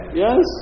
yes